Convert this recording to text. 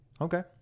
Okay